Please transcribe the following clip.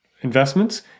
investments